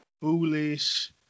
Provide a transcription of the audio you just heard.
Foolish